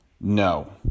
No